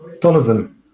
Donovan